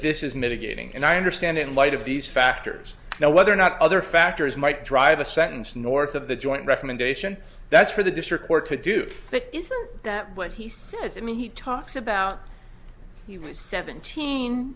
is mitigating and i understand in light of these factors now whether or not other factors might drive the sentence north of the joint recommendation that's for the district court to do that isn't that what he says i mean he talks about he was seventeen